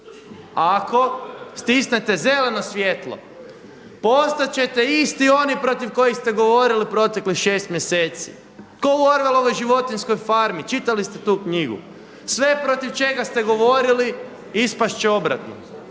Ali ako stisnete zeleno svjetlo postat ćete isti oni protiv kojih ste govorili proteklih šest mjeseci, kao u Orwelovoj „Životinjskoj farmi“. Čitali ste tu knjigu. Sve protiv čega ste govorili ispast će obratno.